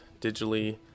digitally